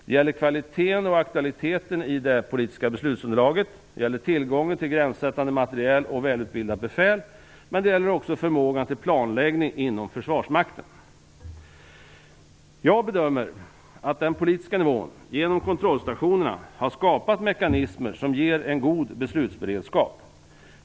Det gäller kvaliteten och aktualiteten i det politiska beslutsunderlaget, tillgången till gränssättande materiel och välutbildat befäl. Det gäller också förmågan till planläggning inom Försvarsmakten. Jag bedömer att den politiska nivån genom kontrollstationerna har skapat mekanismer som ger en god beslutsberedskap.